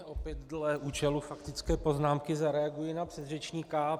Opět dle účelu faktické poznámky zareaguji na předřečníka.